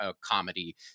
comedy